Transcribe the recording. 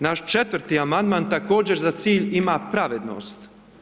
Naš četvrti amandman također za cilj ima pravednost.